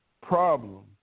Problem